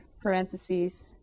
parentheses